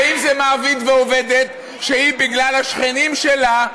ואם זה מעביד ועובד, שהיא, בגלל השכנים שלה,